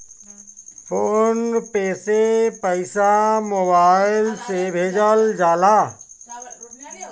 phone पे से पईसा mobile से भेजल जाला